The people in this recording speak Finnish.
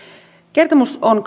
kertomus on